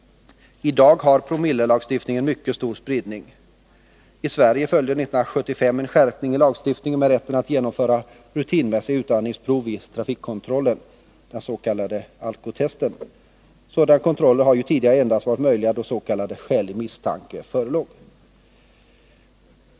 I dag har promillelagstiftningen en mycket stor spridning. I Sverige följde 1975 en skärpning av lagen, som innebar rätt att genomföra rutinmässiga utandningsprov vid trafikkontroller, den s.k. alcotesten. Sådana kontroller har ju tidigare varit möjliga endast vid skälig misstanke.